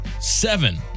seven